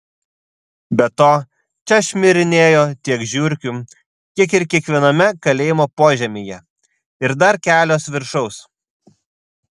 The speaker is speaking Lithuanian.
be to čia šmirinėjo tiek žiurkių kiek ir kiekviename kalėjimo požemyje ir dar kelios viršaus